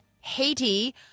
Haiti